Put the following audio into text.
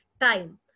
time